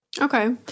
Okay